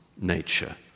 nature